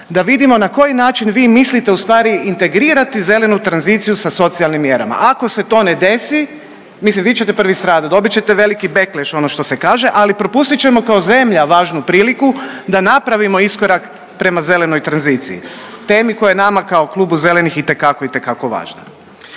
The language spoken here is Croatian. da vidimo na koji način vi mislite ustvari integrirati zelenu tranziciju sa socijalnim mjerama. Ako se to ne desi, mislim vi ćete prvi stradat, dobit ćete veliki bekleš, ono što se kaže, ali propustit ćemo kao zemlja važnu priliku da napravimo iskorak prema zelenoj tranziciji, temi koja je nama kao Klubu zelenih itekako, itekako važna.